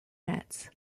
nets